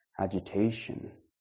Agitation